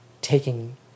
taking